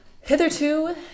Hitherto